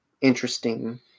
interesting